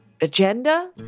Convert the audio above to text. agenda